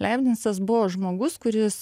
leibnicas buvo žmogus kuris